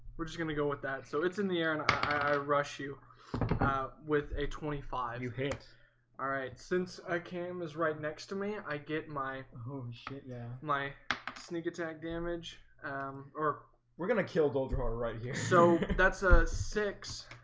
we're just gonna go with that so it's in the air, and i rush you with a twenty five you hate alright since i came is right next to me. i get my shit yeah, my sneak attack damage or we're gonna kill those roar right here, so that's a six,